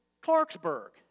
Clarksburg